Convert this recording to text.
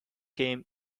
came